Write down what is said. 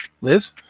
Liz